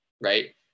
Right